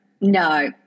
no